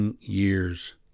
years